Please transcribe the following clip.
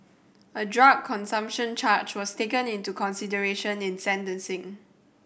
a drug consumption charge was taken into consideration in sentencing